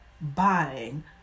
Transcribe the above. buying